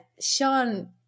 Sean